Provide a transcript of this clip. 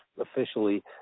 officially